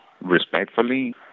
respectfully